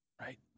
right